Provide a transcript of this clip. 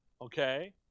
okay